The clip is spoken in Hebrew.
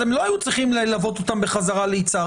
אז הם לא היו צריכים ללוות אותם חזרה ליצהר,